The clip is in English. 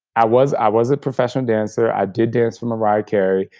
i was i was a professional dancer. i did dance for mariah carey,